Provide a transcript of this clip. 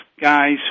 guys